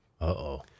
Uh-oh